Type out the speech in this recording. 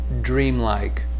dreamlike